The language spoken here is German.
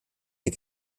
der